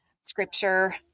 scripture